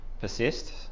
persist